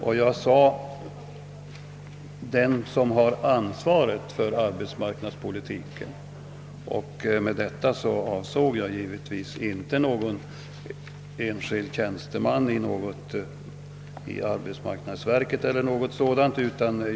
Jag talade om dem som har ansvaret för arbetsmarknadspolitiken, och med detta avsåg jag inte någon tjänsteman i arbetsmarknadsverket eller hos någon annan myndighet.